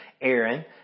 Aaron